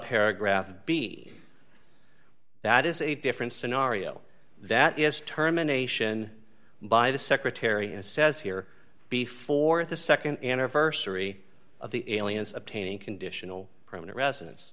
paragraph of b that is a different scenario that is terminations by the secretary and says here before the nd anniversary of the aliens obtaining conditional permanent residen